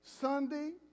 Sunday